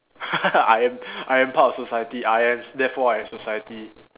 I am I am part of society I am therefore I am society